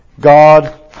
God